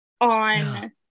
on